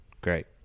great